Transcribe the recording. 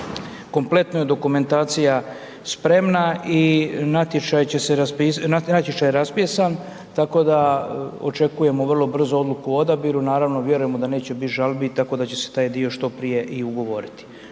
kompletna je dokumentacija spremna i natječaj će se raspisati, natječaj je raspisan, tako da očekujemo vrlo brzo odluku o odabiru, naravno vjerujemo da neće biti žalbi tako da će se taj dio što prije i ugovoriti.